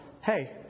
Hey